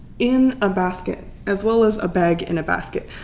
in a basket as well as a bag in a basket.